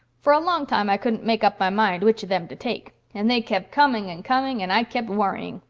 for a long time i couldn't make up my mind which of them to take, and they kep' coming and coming, and i kep' worrying.